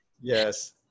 yes